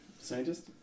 Scientist